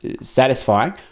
satisfying